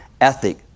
ethic